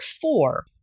four